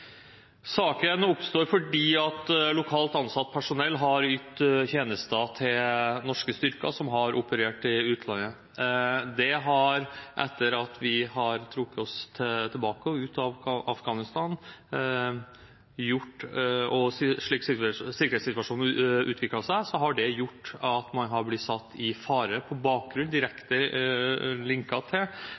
Saken oppstår fordi lokalt ansatt personell har ytt tjenester til norske styrker som har operert i utlandet. Sikkerhetssituasjonen slik den har utviklet seg etter at vi har trukket oss tilbake og ut av Afghanistan, har gjort at man har blitt satt i fare på bakgrunn av og direkte linket til